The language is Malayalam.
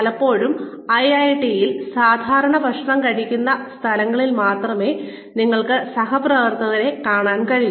പലപ്പോഴും ഐഐടിയിൽ സാധാരണ ഭക്ഷണം കഴിക്കുന്ന സ്ഥലങ്ങളിൽ മാത്രമേ ഞങ്ങൾക്ക് സഹപ്രവർത്തകരെ കാണാൻ കഴിയൂ